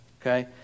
okay